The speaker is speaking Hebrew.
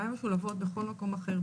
גם הן משולבות בכל מקום אחר,